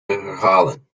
herhalen